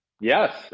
Yes